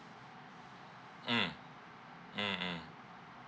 mm mm mm